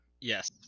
Yes